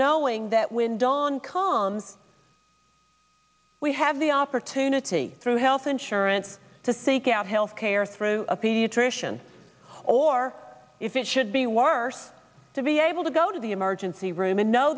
knowing that when dawn calms we have the opportunity through health insurance to seek out health care through a pediatrician or if it should be worse to be able to go to the emergency room and know